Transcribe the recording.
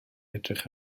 edrych